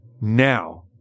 now